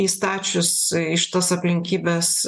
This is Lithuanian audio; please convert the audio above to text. įstačius į šitas aplinkybes